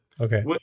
Okay